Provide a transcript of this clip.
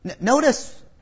Notice